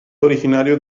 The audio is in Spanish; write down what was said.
originario